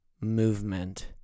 movement